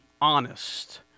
honest